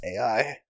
AI